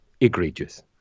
egregious